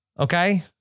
Okay